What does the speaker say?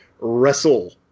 wrestle